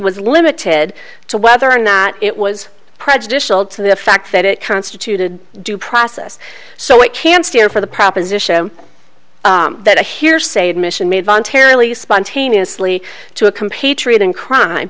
was limited to whether or not it was prejudicial to the fact that it constituted due process so it can stand for the proposition that a here's say admission made voluntarily spontaneously to a compatriot in crime